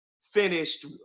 finished